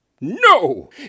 No